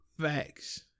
Facts